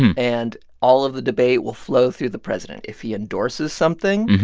and all of the debate will flow through the president. if he endorses something,